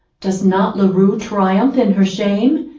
does not la rue triumph in her shame,